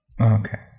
Okay